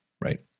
right